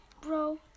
Bro